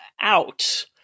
out